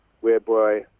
whereby